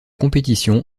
compétition